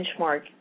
benchmark